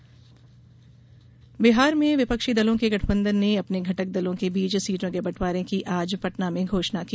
बिहार गठबंधन बिहार में विपक्षी दलों के गठबंधन ने अपने घटक दलों के बीच सीटों के बंटवारे की आज पटना में घोषणा की